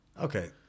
Okay